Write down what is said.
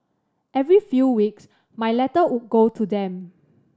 every few weeks my letter would go to them